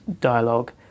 dialogue